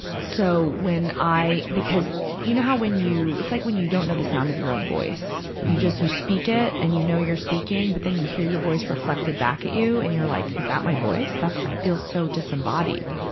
so when i, because you know when you, it's like when you don't know the sound of your own voice. you just, you speak it, and you know you're speaking. but then you hear your voice reflected back at you and you're like, is that my voice? that feels so disembodied.